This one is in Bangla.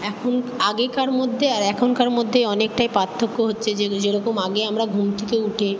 এখন আগেকার মধ্যে আর এখনকার মধ্যে অনেকটাই পার্থক্য হচ্ছে যে যেরকম আগে আমরা ঘুম থেকে উঠে